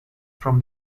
from